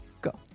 Go